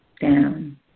down